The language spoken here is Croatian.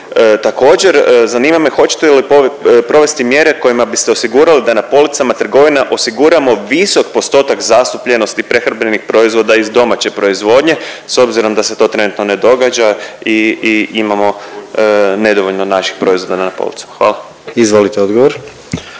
Također, zanima me hoćete li provesti mjere kojima biste osigurali da na policama trgovina osiguramo visok postotak zastupljenosti prehrambenih proizvoda iz domaće proizvodnje s obzirom da se to trenutno ne događa i imamo nedovoljno naših proizvoda na policama? Hvala. **Jandroković,